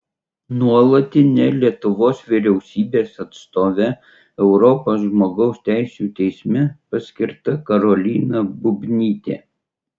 nuolatine lietuvos vyriausybės atstove europos žmogaus teisių teisme paskirta karolina bubnytė